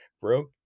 broke